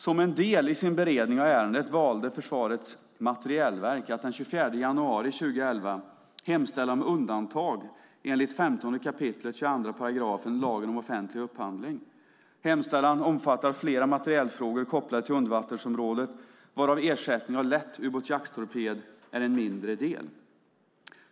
Som en del i sin beredning av ärendet valde Försvarets materielverk att den 24 januari 2011 hemställa om undantag enligt 15 kap. 22 § lagen om offentlig upphandling. Hemställan omfattar flera materielfrågor kopplade till undervattensområdet, varav ersättning av lätt ubåtsjakttorped är en mindre del.